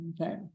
okay